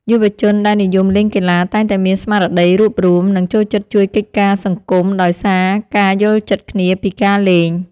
យុវជនដែលនិយមលេងកីឡាតែងតែមានស្មារតីរួបរួម និងចូលចិត្តជួយកិច្ចការសង្គមដោយសារការយល់ចិត្តគ្នាពីការលេង។